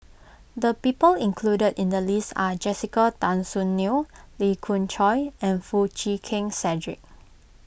the people included in the list are Jessica Tan Soon Neo Lee Khoon Choy and Foo Chee Keng Cedric